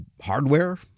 hardware